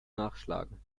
nachschlagen